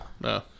No